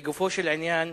לגופו של עניין,